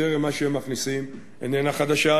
יותר ממה שהם מכניסים, איננה חדשה.